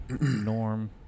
Norm